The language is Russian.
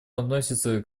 относится